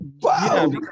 wow